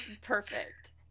Perfect